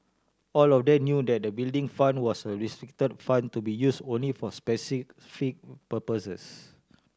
all of them knew that the Building Fund was a restricted fund to be use only for specific purposes